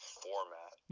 format